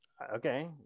okay